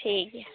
ᱴᱷᱤᱠ ᱜᱮᱭᱟ